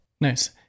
Nice